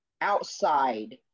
outside